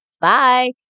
Bye